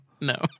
No